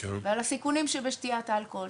ועל הסיכונים שבשתיית אלכוהול,